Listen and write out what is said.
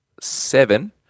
seven